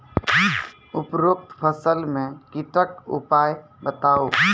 उपरोक्त फसल मे कीटक उपाय बताऊ?